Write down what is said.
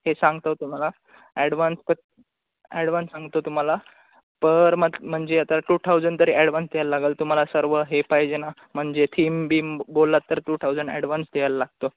हे सांगतो तुम्हाला ॲडव्हान्स ॲडव्हान्स सांगतो तुम्हाला पर मंथ म्हणजे आता टू थाऊजंड तरी ॲडव्हान्स द्यायला लागेल तुम्हाला सर्व हे पाहिजे ना म्हणजे थीम बीम बोललात तर टू थाऊजंड ॲडव्हान्स द्यायला लागतो